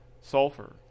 sulfur